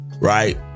right